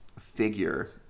figure